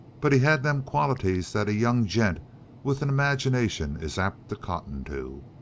but he had them qualities that a young gent with an imagination is apt to cotton to.